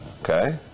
okay